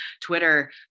Twitter